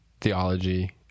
theology